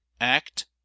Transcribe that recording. Act